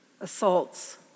assaults